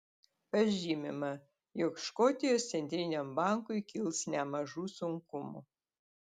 pažymima jog škotijos centriniam bankui kils nemažų sunkumų